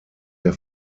der